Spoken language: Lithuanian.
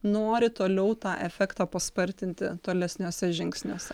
nori toliau tą efektą paspartinti tolesniuose žingsniuose